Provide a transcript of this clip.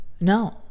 No